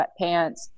sweatpants